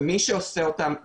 ומי שעושה אותם,